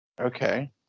Okay